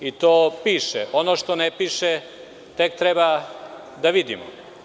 I to piše, ono što ne piše, tek treba da vidimo.